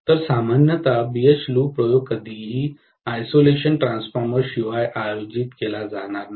तर सामान्यत BH loop प्रयोग कधीही आयसोलेशन ट्रान्सफॉर्मर शिवाय आयोजित केला जाणार नाही